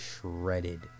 shredded